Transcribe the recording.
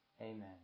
Amen